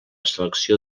selecció